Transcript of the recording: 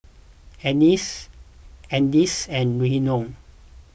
Anice Anice and Rhiannon